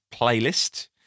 playlist